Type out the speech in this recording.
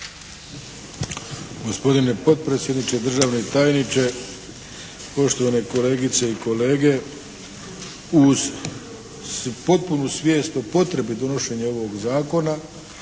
Gospodine potpredsjedniče, državni tajniče, poštovane kolegice i kolege. Uz potpunu svijest o potrebi donošenja ovog Zakona